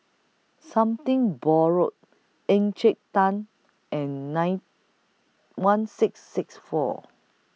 Something Borrowed Encik Tan and nine one six six four